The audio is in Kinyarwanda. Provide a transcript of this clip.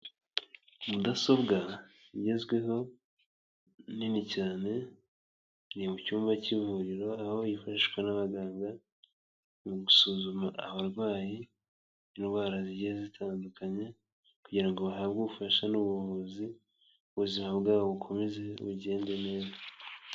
Mudasobwa igezweho nini cyane, iri mu cyumba cy'ivuriro aho yifashishwa n'abaganga, mu gusuzuma abarwayi, indwara zigiye zitandukanye, kugira ngo bahabwe ubufasha n'ubuvuzi, ubuzima bwabo bukomeze bugende neza.